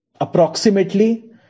Approximately